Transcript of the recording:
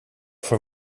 voor